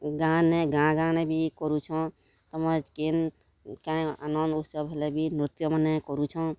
ଗାଁ ନେ ଗାଁ ଗାଁ ନେ ବି କରୁଛନ୍ ତମର୍ କିନ୍ କାଁଇ ନନ୍ ଉତ୍ସବ ହେଲେ ବି ନୃତ୍ୟମାନେ କରୁଛଁ